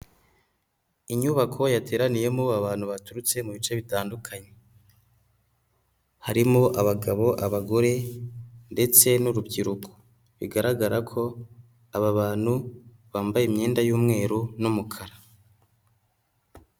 Inyubako yateraniyemo abantu baturutse mu bice bitandukanye, harimo abagabo abagore ndetse n'urubyiruko bigaragara ko aba bantu bambaye imyenda y'umweru n'umukara.